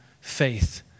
faith